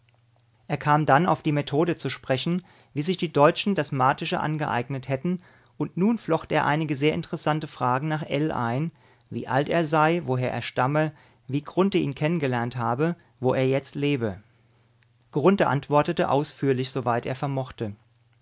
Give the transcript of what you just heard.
er kam dann auf die methode zu sprechen wie sich die deutschen das martische angeeignet hätten und nun flocht er einige sehr interessierte fragen nach ell ein wie alt er sei woher er stamme wie grunthe ihn kennengelernt habe wo er jetzt lebe grunthe antwortete ausführlich soweit er vermochte